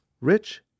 Rich